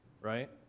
Right